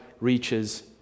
reaches